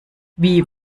wie